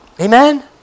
Amen